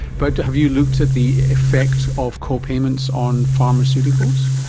but have you looked at the effect of co-payments on pharmaceuticals?